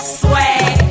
swag